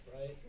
right